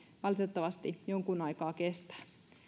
valitettavasti vielä jonkun aikaa kestää